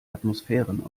atmosphären